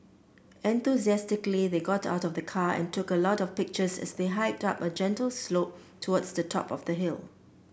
enthusiastically they got out of the car and took a lot of pictures as they hiked up a gentle slope towards the top of the hill